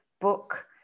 book